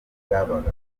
bwabaga